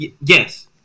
Yes